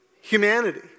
humanity